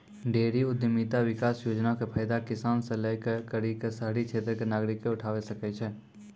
dairy उद्यमिता विकास योजना के फायदा किसान से लै करि क शहरी क्षेत्र के नागरिकें उठावै सकै छै